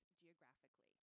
geographically